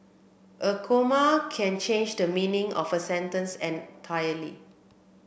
a comma can change the meaning of a sentence entirely